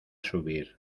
subir